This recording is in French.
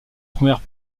premières